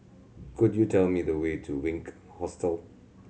could you tell me the way to Wink Hostel